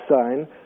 sign